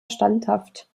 standhaft